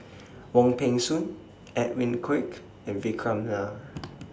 Wong Peng Soon Edwin Koek and Vikram Nair